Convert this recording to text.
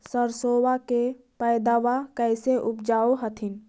सरसोबा के पायदबा कैसे उपजाब हखिन?